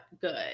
good